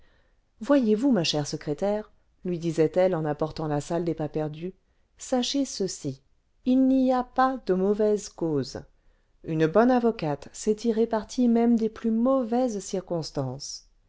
voyez-vous ma chère secrétaire lui disait-elle en arpentant la salle des pas perdus sachez ceci il n'y a pas de mauvaises causes une bonne avocate sait tirer parti même des plus mauvaises circonstances